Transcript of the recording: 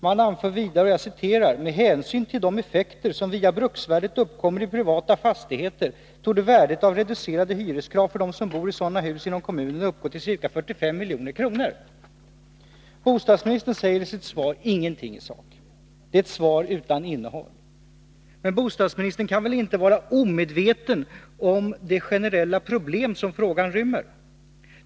Man anför vidare: ”Med hänsyn till de effekter som via bruksvärdet uppkommer i privata fastigheter, torde värdet av reducerade hyreskrav för dem som bor i sådana hus inom kommunen uppgå till ca 45 milj.kr.” Bostadsministern säger i sitt svar ingenting i sak. Det är ett svar utan innehåll. Men bostadsministern kan väl inte vara omedveten om det generella problem som frågan rymmer.